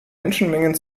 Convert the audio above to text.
menschenmengen